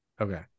Okay